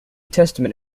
testament